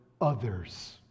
others